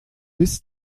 bis